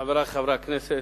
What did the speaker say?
חברי חברי הכנסת,